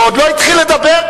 ועוד לא התחיל לדבר,